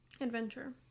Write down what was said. adventure